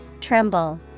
Tremble